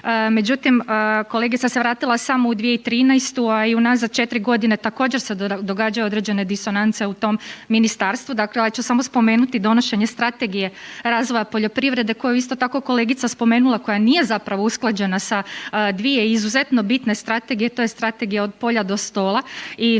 međutim kolegica se vratila samo u 2013., a i unazad četiri godine također se događaju određene disonance u tom ministarstvu. Ja ću samo spomenuti donošenje Strategije razvoja poljoprivrede koju je isto tako kolegica spomenula koja nije usklađena sa dvije izuzetno bitne strategije to je Strategija od polja do stola i